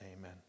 Amen